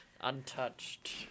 Untouched